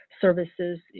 services